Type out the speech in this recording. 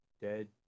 dead